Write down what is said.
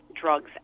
Drugs